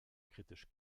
kritisch